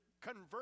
convert